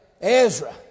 Ezra